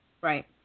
Right